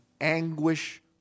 anguish